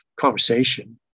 conversation